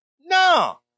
No